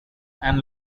and